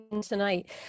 tonight